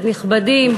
נכבדים,